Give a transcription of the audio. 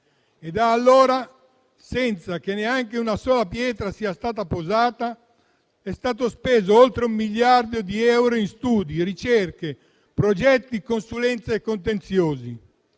Da allora, senza che neanche una sola pietra sia stata posata, è stato speso oltre un miliardo di euro in studi, ricerche, progetti, consulenze e contenziosi.